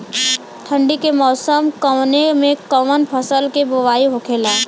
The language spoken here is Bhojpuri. ठंडी के मौसम कवने मेंकवन फसल के बोवाई होखेला?